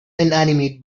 inanimate